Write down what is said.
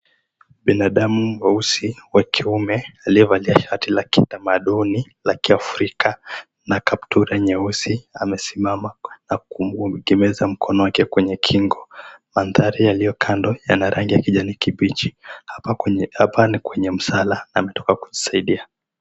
Binadamu weusi wa kiume aliyevalia shati la kitamaduni la kiafrika na kaptura nyeusi amesimama na kuegemeza mkono wake kwenye kingo. Mandhari yaliyo kando yana rangi ya kijani kibichi. Hapa ni kwenye msala ametoka kujisaidia.